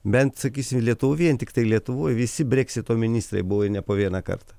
bent sakysim lietuvoj vien tiktai lietuvoj visi breksito ministrai buvo jei ne po vieną kartą